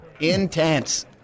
Intense